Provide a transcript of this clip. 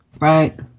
Right